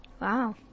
Wow